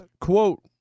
quote